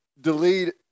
delete